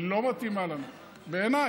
היא לא מתאימה לנו, בעיניי.